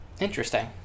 Interesting